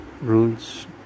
rules